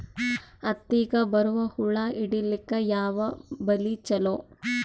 ಹತ್ತಿಗ ಬರುವ ಹುಳ ಹಿಡೀಲಿಕ ಯಾವ ಬಲಿ ಚಲೋ?